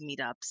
meetups